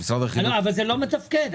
לא מתפקד.